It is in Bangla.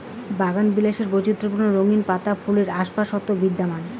বাগানবিলাসের বৈচিত্র্যপূর্ণ রঙিন পাতা ফুলের আশপাশত বিদ্যমান